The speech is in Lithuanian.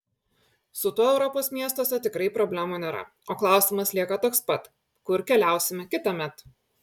su tuo europos miestuose tikrai problemų nėra o klausimas lieka toks pats kur keliausime kitąmet